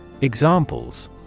Examples